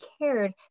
cared